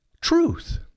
Truth